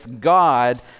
God